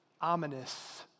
ominous